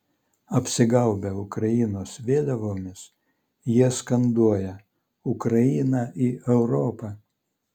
apsigaubę ukrainos vėliavomis jie skanduoja ukrainą į europą